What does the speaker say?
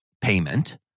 payment